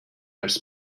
als